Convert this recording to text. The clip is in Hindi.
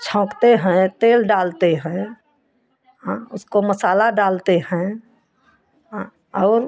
छौंकते हैं तेल डालते हैं हाँ उसको मसाला डालते हैं हाँ और